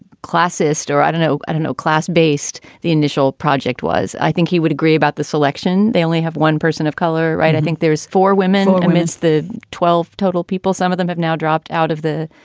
classist or i don't know, at an o class-based the initial project was, i think he would agree about this election. they only have one person of color. right. i think there's four women amidst the twelve total people. some of them have now dropped out of the.